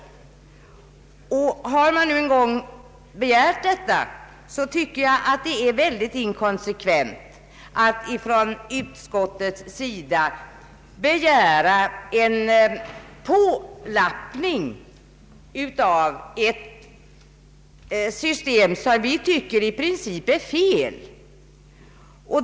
Har man en gång begärt detta, tycker jag att det är väldigt inkonsekvent av utskottet att begära en pålappning av ett system, som vi tycker är i princip fel.